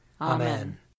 Amen